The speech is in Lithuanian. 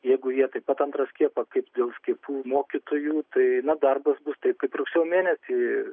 jeigu jie taip pat antrą skiepą kaip dėl skiepų mokytojų tai na darbas bus kaip ir rugsėjo mėnesį